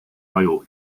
aju